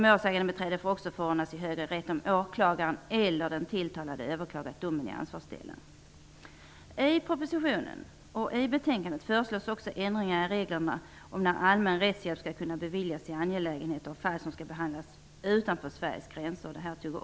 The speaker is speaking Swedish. Målsägandebiträdet får också förordnas i högre rätt om åklagaren eller den tilltalade har överklagat domen i ansvarsdelen. I propositionen och i betänkandet föreslås också ändringar av reglerna om när allmän rättshjälp skall kunna beviljas i angelägenheter och fall som skall behandlas utanför Sveriges gränser.